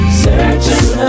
searching